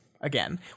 again